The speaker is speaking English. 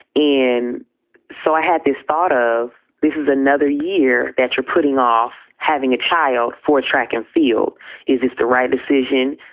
and so i had this thought of this is another year that you're putting off. having a child for track and field is it's the right decision.